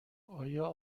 آیا